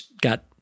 got